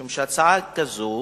משום שהצעה כזאת